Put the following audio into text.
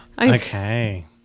Okay